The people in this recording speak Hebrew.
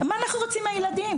מה אנחנו רוצים מהילדים?